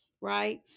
right